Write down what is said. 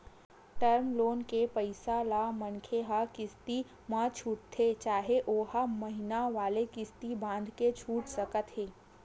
term loan के पइसा ल मनखे ह किस्ती म छूटथे चाहे ओहा महिना वाले किस्ती बंधाके छूट सकत हे